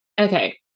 Okay